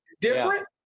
Different